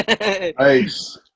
Nice